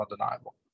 undeniable